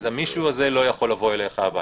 אז המישהו הזה לא יכול לבוא אליך הביתה.